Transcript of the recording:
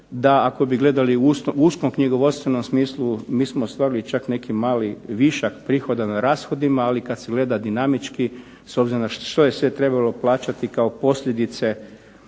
da ako bi gledali u uskom knjigovodstvenom smislu mi smo ostvarili čak neki mali višak prihoda na rashodima, ali kad se gleda dinamički s obzirom što je sve trebalo plaćati kao posljedice